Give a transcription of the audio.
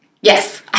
Yes